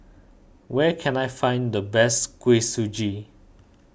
where can I find the best Kuih Suji